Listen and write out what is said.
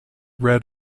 red